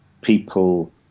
people